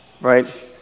right